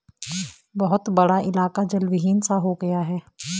बहुत बड़ा इलाका जलविहीन सा हो गया है